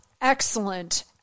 Excellent